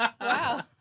wow